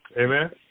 Amen